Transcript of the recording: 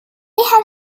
have